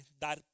dar